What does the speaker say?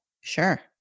Sure